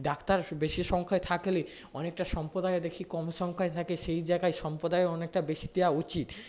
doctor বেশি সংখ্যায় থাকলে অনেকটা সম্প্রদায়ও দেখি কম সংখ্যায় থাকে সেই জায়গায় সম্প্রদায়েরও অনেকটা বেশি দেওয়া উচিত